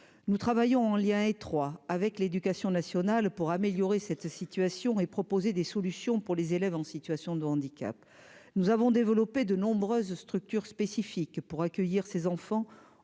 nous travaillons en lien étroit avec l'éducation nationale pour améliorer cette situation et proposer des solutions pour les élèves en situation de handicap, nous avons développé de nombreuses structures spécifiques pour accueillir ces enfants